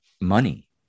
money